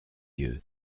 yeux